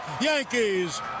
Yankees